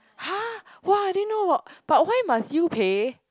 !huh! !wah! I didn't know about but why must you pay